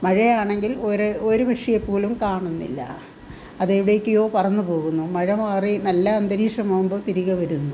മഴയാണെങ്കിൽ ഒരു ഒരു പക്ഷിയെപ്പോലും കാണുന്നില്ല അതെവിടെയൊക്കെയോ പറന്നു പോകുന്നു മഴ മാറി നല്ല അന്തരീക്ഷമാകുമ്പോൾ തിരികെ വരുന്നു